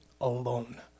alone